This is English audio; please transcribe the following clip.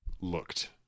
Looked